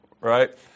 right